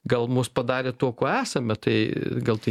gal mus padarė tuo kuo esame tai gal tai